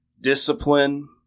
discipline